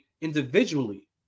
individually